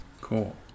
Cool